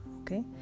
Okay